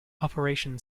operation